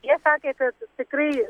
jie sakė kad tikrai